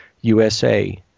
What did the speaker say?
USA